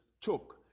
took